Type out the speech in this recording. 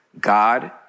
God